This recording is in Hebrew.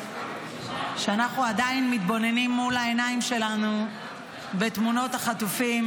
כשאנחנו עדיין מתבוננים מול העיניים שלנו בתמונות החטופים.